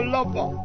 Lover